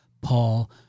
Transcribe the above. Paul